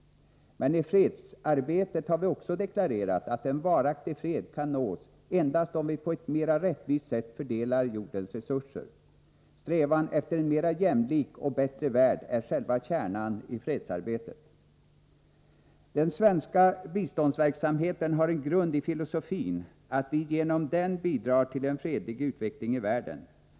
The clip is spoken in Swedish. Men i fredsarbetet har vi också deklarerat att en varaktig fred kan nås endast om vi på ett mera rättvist sätt fördelar jordens resurser. Strävan efter en mera jämlik och bättre värld är själva kärnan i fredsarbetet. Den svenska biståndsverksamheten har en grund i filosofin att vi genom den bidrar till en fredlig utveckling i världen.